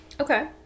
okay